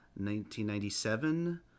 1997